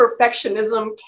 perfectionism